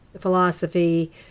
philosophy